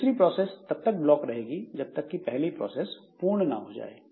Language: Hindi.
दूसरी प्रोसेस तब तक ब्लॉक रहेगी जब तक की पहली प्रोसेस पूर्ण ना हो जाए